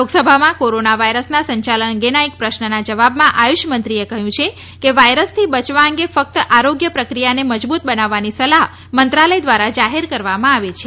લોકસભામાં કોરોના વાયરસના સંચાલન અંગેના એક પ્રશ્નના જવાબમાં આયુષ મંત્રીએ ક્હયું છે કે વાઇરસથી બચવા અંગે ફક્ત આરોગ્ય પ્રક્રિયાને મજબૂત બનાવવાની સલાફ મંત્રાલય દ્વારા જાહેર કરવામાં આવી છે